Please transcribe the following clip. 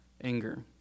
anger